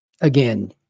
again